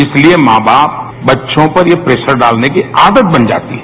इसलिए मां बच्चों पर यह प्रेशर डालने की आदत बन जाती है